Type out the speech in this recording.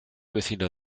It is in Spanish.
vecino